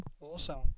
awesome